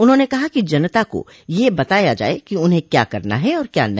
उन्होंने कहा कि जनता को यह बताया जाये कि उन्हें क्या करना है और क्या नहीं